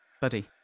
Buddy